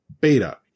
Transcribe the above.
Beta